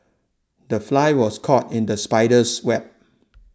the fly was caught in the spider's web